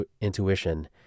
intuition